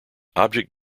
object